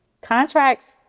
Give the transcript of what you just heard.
contracts